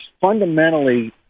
fundamentally